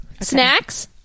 Snacks